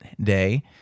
day